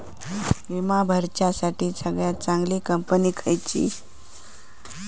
विमा भरुच्यासाठी सगळयात चागंली कंपनी खयची?